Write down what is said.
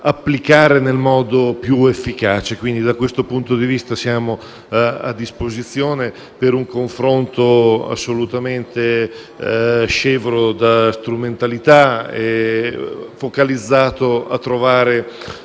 applicarla nel modo più efficace. Da questo punto di vista siamo a disposizione per un confronto assolutamente scevro da strumentalità e focalizzato a trovare